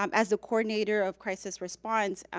um as the coordinator of crisis response,